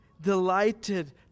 delighted